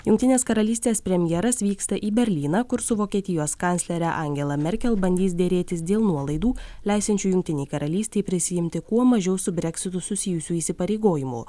jungtinės karalystės premjeras vyksta į berlyną kur su vokietijos kanclere angela merkel bandys derėtis dėl nuolaidų leisiančių jungtinei karalystei prisiimti kuo mažiau su breksitu susijusių įsipareigojimų